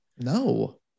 No